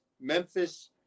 Memphis